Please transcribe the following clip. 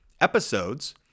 episodes